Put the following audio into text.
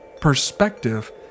Perspective